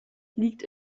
liegt